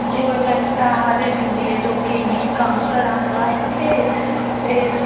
government पैहा ते दिंदी ऐ लोकें गी कम्म कराने बास्तै ते